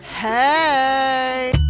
Hey